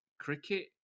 cricket